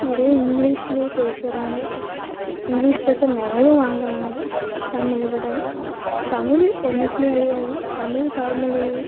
நிறைய இங்கிலிஷ்லேயே பேசுகிறாங்க இங்கிலிஷ் பேப்பர் நிறைய வாங்குகிறாங்க தமிழை விட பட் தமிழ் என்றைக்குமே அழியாது தமிழ் தாய்மொழி